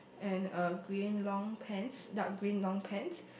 and a green long pants dark green long pants